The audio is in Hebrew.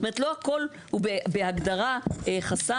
זאת אומרת, לא הכל הוא בהגדרה חסם.